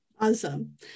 awesome